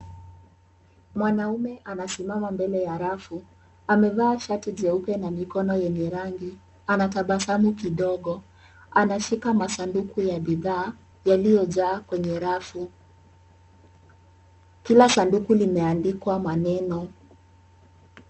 Mwanaume anasimama mbele ya rafu. Amevaa shati jeupe na mikono yenye rangi. Anatabasamu kidogo. Anashika masanduku ya bidhaa, yaliyojaa kwenye rafu. Kila sanduku limeandikwa maneno.